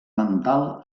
mental